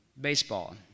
Baseball